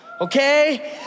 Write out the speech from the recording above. okay